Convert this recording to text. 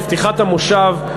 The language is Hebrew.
בפתיחת המושב,